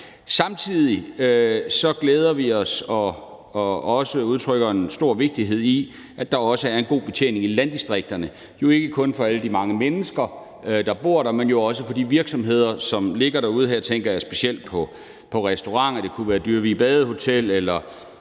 Samtidig glæder vi os over og ser en stor vigtighed i det, at der også er en god betjening i landdistrikterne – jo ikke kun for alle de mange mennesker, der bor der, men jo også for de virksomheder, som ligger derude, og her tænker jeg specielt på restauranter; det kunne være Dyvig Badehotel